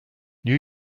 new